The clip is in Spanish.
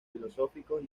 filosóficos